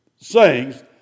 sayings